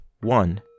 one